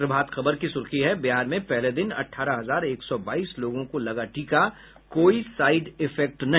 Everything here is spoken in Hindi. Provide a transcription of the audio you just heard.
प्रभात खबर की सुर्खी है बिहार में पहले दिन अठारह हजार एक सौ बाईस लोगों को लगा टीका कोई साईड इफेक्ट नहीं